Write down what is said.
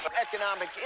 economic